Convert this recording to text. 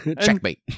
Checkmate